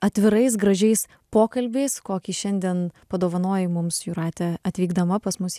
atvirais gražiais pokalbiais kokį šiandien padovanojai mums jūrate atvykdama pas mus į